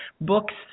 books